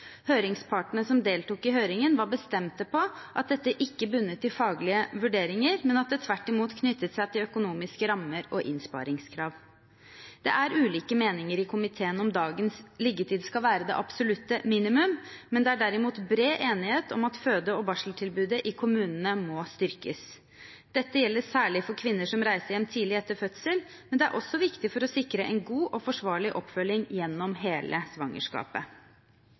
Høringspartene som deltok i høringen, var bestemt på at dette ikke bunnet i faglige vurderinger, men at det tvert imot knyttet seg til økonomiske rammer og innsparingskrav. Det er ulike meninger i komiteen om dagens liggetid skal være det absolutte minimum, men det er derimot bred enighet om at føde- og barseltilbudet i kommunene må styrkes. Dette gjelder særlig for kvinner som reiser hjem tidlig etter fødsel, men det er også viktig for å sikre en god og forsvarlig oppfølging gjennom hele svangerskapet.